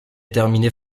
terminées